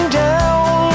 down